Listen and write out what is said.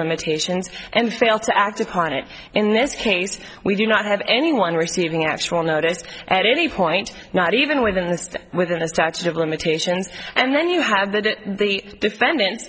limitations and fail to act upon it in this case we do not have anyone receiving actual notice at any point not even within the system within the statute of limitations and then you have that the defendant